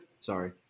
sorry